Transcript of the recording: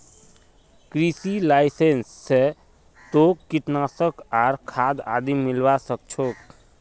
कृषि लाइसेंस स तोक कीटनाशक आर खाद आदि मिलवा सख छोक